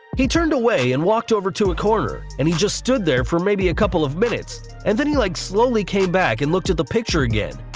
he turned away and walked over into a corner and he just stood there for maybe a couple of minutes and then he like slowly came back and looked at the picture again.